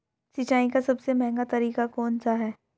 सिंचाई का सबसे महंगा तरीका कौन सा है?